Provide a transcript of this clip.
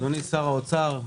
אדוני שר האוצר,